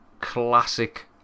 classic